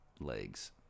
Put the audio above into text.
legs